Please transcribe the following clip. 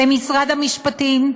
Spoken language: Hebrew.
למשרד המשפטים,